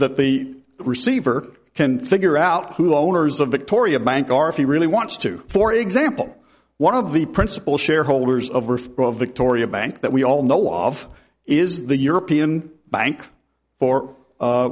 that the receiver can figure out who the owners of victoria bank are if you really wants to for example one of the principal shareholders of victoria bank that we all know a lot of is the european bank for